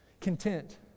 content